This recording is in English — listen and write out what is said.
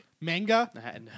manga